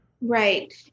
Right